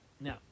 Now